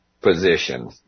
position